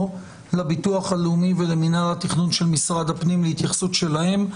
למוסד לביטוח לאומי ולמינהל התכנון של משרד הפנים להתייחסות שלהם.